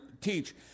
teach